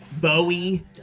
Bowie